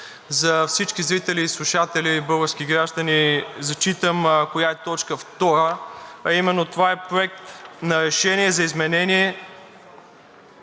За всички зрители и слушатели български граждани зачитам коя е т. 2, а именно това е: Проект на решение за изменение